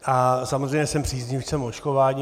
A samozřejmě jsem příznivcem očkování.